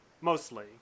mostly